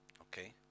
Okay